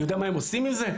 אני יודע מה הם עושים את זה?